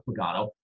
Pagano